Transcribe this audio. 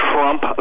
Trump